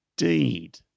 Indeed